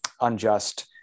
unjust